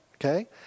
Okay